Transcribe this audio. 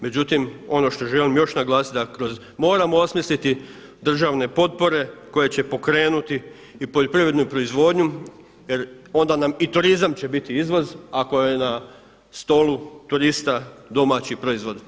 Međutim, ono što želim još naglasiti da kroz, moramo osmisliti državne potpore koje će pokrenuti i poljoprivrednu proizvodnju jer onda nam i turizam će biti izvoz ako je na stolu turista domaći proizvod.